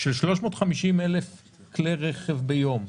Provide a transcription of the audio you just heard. של 350,000 כלי רכב ביום,